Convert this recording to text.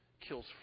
kills